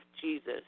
Jesus